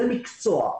זה מקצוע.